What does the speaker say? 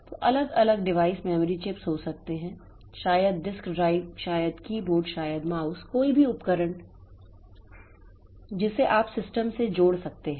तो अलग अलग डिवाइस मेमोरी चिप्स हो सकते हैं शायद डिस्क ड्राइव शायद कीबोर्ड शायद माउस कोई भी उपकरण जिसे आप सिस्टम से जोड़ सकते हैं